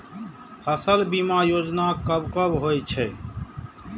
फसल बीमा योजना कब कब होय छै?